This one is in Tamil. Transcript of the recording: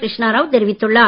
கிருஷ்ணா ராவ் தெரிவித்துள்ளார்